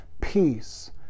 Peace